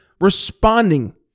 responding